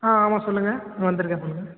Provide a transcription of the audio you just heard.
ஆ ஆமாம் சொல்லுங்க வந்திருக்கேன் சொல்லுங்க